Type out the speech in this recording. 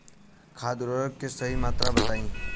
खाद उर्वरक के सही मात्रा बताई?